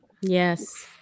Yes